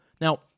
Now